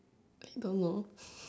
I don't know